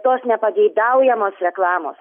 tos nepageidaujamos reklamos